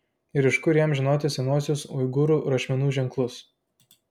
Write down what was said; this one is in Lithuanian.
ir iš kur jam žinoti senuosius uigūrų rašmenų ženklus